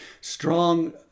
strong